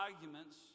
arguments